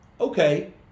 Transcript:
okay